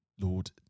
lord